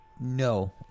No